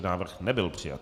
Návrh nebyl přijat.